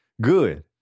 Good